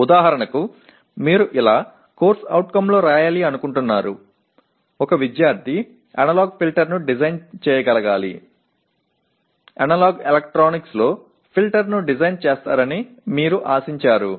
ఉదాహరణకు మీరు ఇలా CO లో రాయాలి అనుకుంటున్నారు ఒక విద్యార్థి అనలాగ్ ఫిల్టర్ ని డిజైన్ చేయగలగాలి అనలాగ్ ఎలక్ట్రానిక్స్ లో ఫిల్టర్ను డిజైన్ చేస్తారని మీరు ఆశించారు